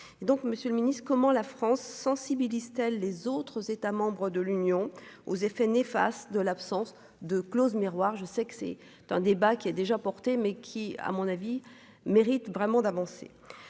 donc Monsieur le Ministre, comment la France, sensibilise-t-elle les autres États membres de l'Union aux effets néfastes de l'absence de clauses miroirs je sais que c'est un débat qui a déjà porté mais qui à mon avis méritent vraiment d'avancer.